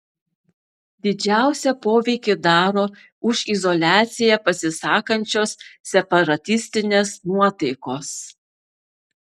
didžiausią poveikį daro už izoliaciją pasisakančios separatistinės nuotaikos